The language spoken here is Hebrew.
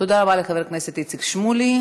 תודה רבה לחבר הכנסת איציק שמולי.